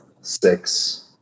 six